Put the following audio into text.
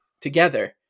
together